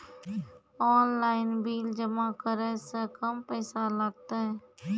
Online bill जमा करै से कम पैसा लागतै?